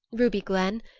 ruby glenn.